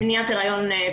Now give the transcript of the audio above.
פחות מניעת הריון,